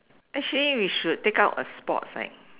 actually we should take up a sports right